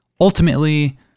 ultimately